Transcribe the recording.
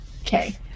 Okay